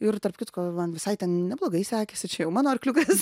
ir tarp kitko man visai ten neblogai sekėsi čia jau mano arkliukas